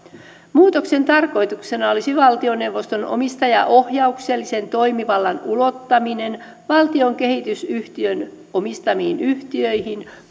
muutoksen tarkoituksena olisi valtioneuvoston omistajaohjauksellisen toimivallan ulottaminen valtion kehitysyhtiön omistamiin yhtiöihin